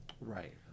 Right